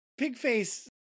Pigface